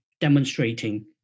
demonstrating